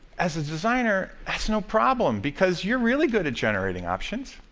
as a designer, that's no problem, because you're really good at generating options,